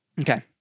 Okay